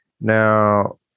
Now